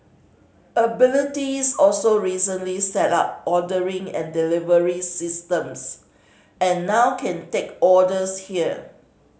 abilities also recently set up ordering and delivery systems and now can take orders here